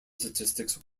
statistics